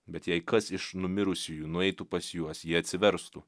bet jei kas iš numirusiųjų nueitų pas juos jie atsiverstų